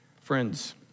Friends